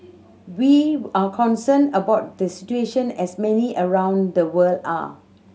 we are concerned about the situation as many around the world are